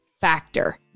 factor